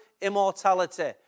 immortality